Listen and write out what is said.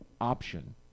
option